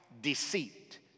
deceit